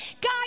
God